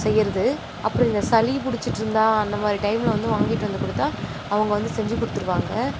செய்கிறது அப்புறம் இந்த சளி பிடிச்சிட்ருந்தா அந்த மாதிரி டைமில் வந்து வாங்கிட்டு வந்து கொடுத்தா அவங்க வந்து செஞ்சுக் கொடுத்துருவாங்க